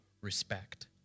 respect